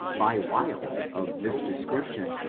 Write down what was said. by wiles of this description,